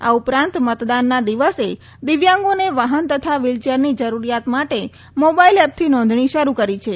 આ ઉપરાંત મતદાનના દિવસે દીવ્યાંગોને વાહન તથા વ્હીલચેરની જરૂરીયાત માટે મોબાઇલ એપથી નોંધણી શરૂ કરી છે